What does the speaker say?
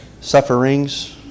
Sufferings